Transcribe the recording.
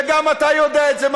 וגם אתה יודע את זה,